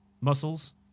Muscles